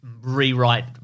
rewrite